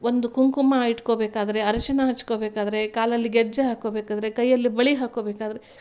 ಒಂದು ಕುಂಕುಮ ಇಟ್ಕೋಬೇಕಾದರೆ ಅರಶಿನ ಹಚ್ಕೋಬೇಕಾದರೆ ಕಾಲಲ್ಲಿ ಗೆಜ್ಜೆ ಹಾಕ್ಕೋಬೇಕಾದರೆ ಕೈಯಲ್ಲಿ ಬಳೆ ಹಾಕೋಬೇಕಾದರೆ